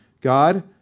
God